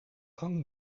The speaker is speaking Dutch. gang